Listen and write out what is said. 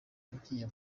yagiye